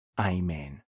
Amen